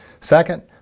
Second